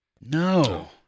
No